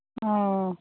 ᱚᱻ